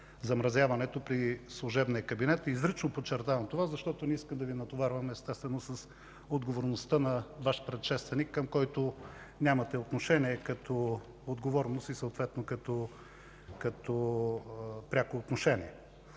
замразяването при служебния кабинет. Изрично подчертавам това, защото не искам да Ви натоварвам с отговорността на Ваш предшественик, към който нямате отношение като отговорност и съответно като пряко отношение.